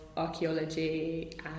Archaeology